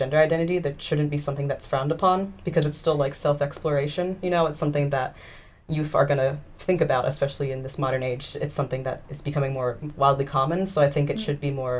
gender identity that shouldn't be something that's frowned upon because it's still like self exploration you know and something that you for are going to think about especially in this modern age something that is becoming more while the common so i think it should be more